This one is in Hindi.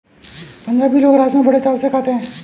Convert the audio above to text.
पंजाबी लोग राज़मा बड़े चाव से खाते हैं